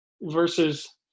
versus